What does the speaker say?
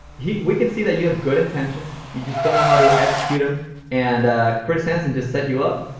he we can see that you have good intentions, you just don't know how to execute them and chris hansen just set you up.